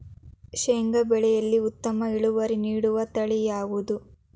ಶೇಂಗಾ ಬೆಳೆಯಲ್ಲಿ ಉತ್ತಮ ಇಳುವರಿ ನೀಡುವ ತಳಿ ಯಾವುದು?